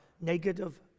negative